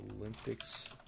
Olympics